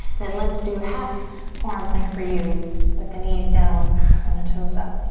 then let's do half forearm plank for you with the knees down and the toes up.